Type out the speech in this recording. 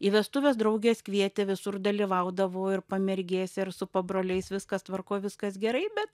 į vestuves draugės kvietė visur dalyvaudavau ir pamergėse ir su pabroliais viskas tvarkoj viskas gerai bet